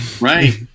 Right